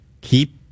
keep